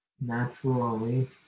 naturally